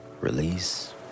release